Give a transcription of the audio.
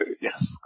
Yes